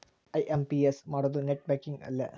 IMPS ಮಾಡೋದು net banking ಅಲ್ಲೆ